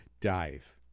dive